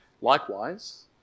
Likewise